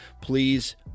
please